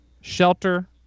shelter